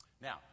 Now